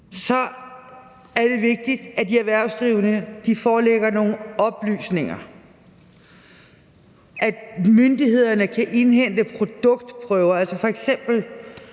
er det vigtigt, at de erhvervsdrivende forelægger nogle oplysninger, at myndighederne kan indhente produktprøver,